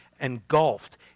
engulfed